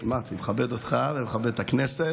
אמרתי אני מכבד אותך, ומכבד את הכנסת,